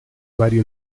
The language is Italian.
vari